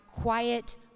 quiet